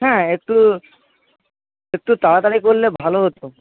হ্যাঁ একটু একটু তাড়াতাড়ি করলে ভালো হতো